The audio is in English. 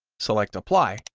select apply,